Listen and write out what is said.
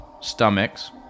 Stomachs